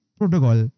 protocol